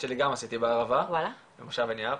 שלי גם עשיתי בערבה במושב עין-יהב.